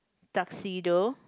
tuxedo